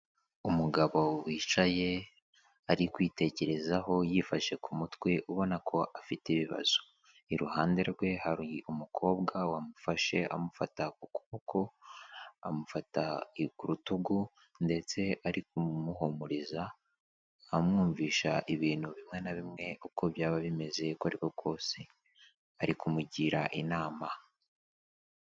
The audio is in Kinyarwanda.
Umugabo wicaye, ari kwitekerezaho yifashe ku mutwe ubona ko afite ibibazo. Iruhande rwe hari umukobwa wamufashe ukuboko, amufata ku rutugu ndetse ari kumuhumuriza, amwumvisha ibintu bimwe na bimwe uko byaba bimeze, uko ari ko kose, ari kumugira inama.